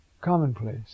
commonplace